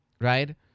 right